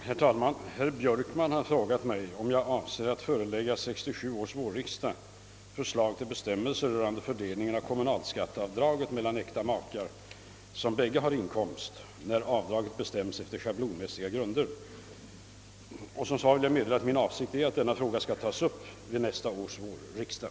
Herr talman! Herr Björkman har frågat mig, om jag avser att förelägga 1967 års vårriksdag förslag till bestämmelser rörande fördelningen av kommunalskatteavdraget mellan äkta makar som bägge har inkomst när avdraget bestäms efter schablonmässiga grunder. Min avsikt är att denna fråga skall tas upp vid nästa års vårriksdag.